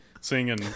singing